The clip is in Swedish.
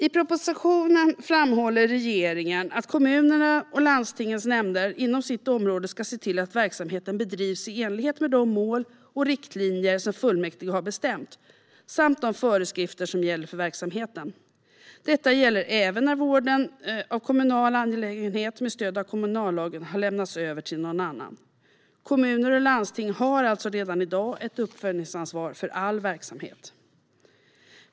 I propositionen framhåller regeringen att kommunerna och landstingens nämnder inom de egna områdena ska se till att verksamheten bedrivs i enlighet med de mål och riktlinjer som fullmäktige har bestämt samt de föreskrifter som gäller för verksamheten. Detta gäller även när vården av kommunal angelägenhet med stöd av kommunallagen har lämnats över till någon annan. Kommuner och landsting har alltså redan i dag ett uppföljningsansvar för all verksamhet.